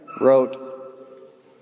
wrote